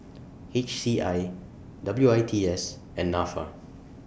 H C I W I T S and Nafa